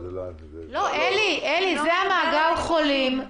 זה מאגר החולים.